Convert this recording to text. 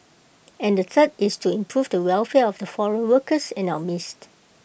and the third is to improve the welfare of the foreign workers in our midst